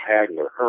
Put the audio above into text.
Hagler